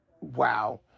wow